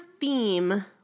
theme